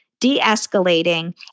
de-escalating